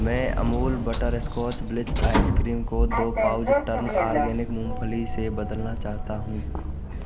मैं Amul butterscotch bliss ice cream को दो पाउच टर्न आर्गेनिक मूँगफली से बदलना चाहता हूँ